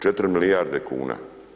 4 milijarde kuna.